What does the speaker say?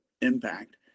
impact